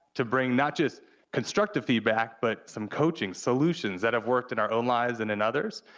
to bring not just constructive feedback, but some coaching solutions that have worked in our own lives and in others,